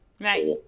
Right